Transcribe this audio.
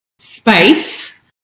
space